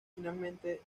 finalmente